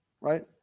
Right